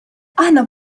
aħna